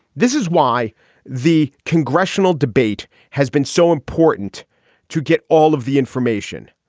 this is why the congressional debate has been so important to get all of the information.